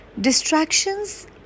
distractions